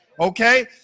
okay